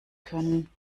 können